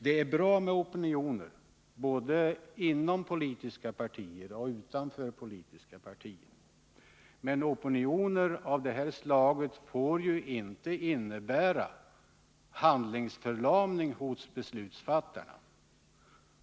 Det är bra med opinioner, både inom politiska partier och utanför, men opinioner av det här slaget får inte innebära handlingsförlamning hos beslutsfattarna.